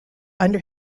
under